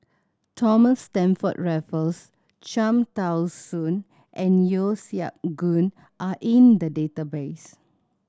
Thomas Stamford Raffles Cham Tao Soon and Yeo Siak Goon are in the database